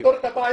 לפתור את הבעיה.